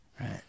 right